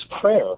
Prayer